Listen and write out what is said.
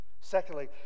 Secondly